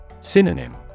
Synonym